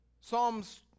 Psalms